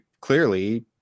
clearly